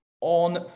on